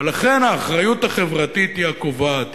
ולכן, האחריות החברתית היא הקובעת.